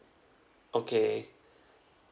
okay